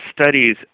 studies